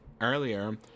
earlier